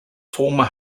former